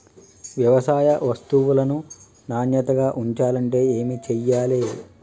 వ్యవసాయ వస్తువులను నాణ్యతగా ఉంచాలంటే ఏమి చెయ్యాలే?